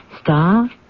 Star